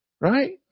Right